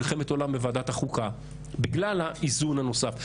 מלחמת עולם בוועדת החוקה בגלל האיזון הנוסף.